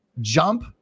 Jump